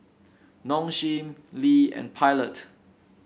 Nong Shim Lee and Pilot